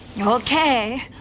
Okay